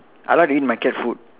I like to eat my cat food